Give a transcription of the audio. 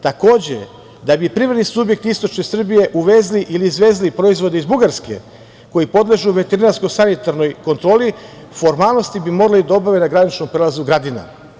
Takođe, da bi privredni subjekti istočne Srbije uvezli ili izvezli proizvode iz Bugarske koji podležu veterinarsko-sanitarnoj kontroli, formalnosti bi morali da obave na graničnom prelazu Gradina.